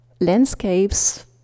landscapes